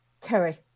Kerry